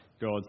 God